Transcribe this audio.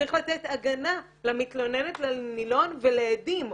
צריך לתת הגנה למתלוננת, לנילון ולעדים.